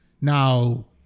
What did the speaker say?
Now